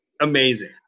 amazing